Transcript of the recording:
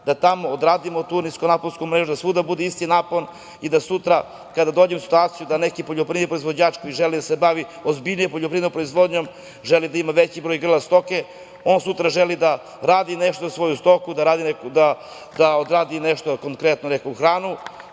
da tamo odradimo tu niskonaponsku mrežu, svuda da bude isti napon i da sutra, kada dođe u situaciju da neki poljoprivredni proizvođač koji želi da se bavi ozbiljnije poljoprivrednom proizvodnjom, želi da ima veći broj grla stoke, on sutra želi da radi nešto za svoju stoku, neku hranu,